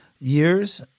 years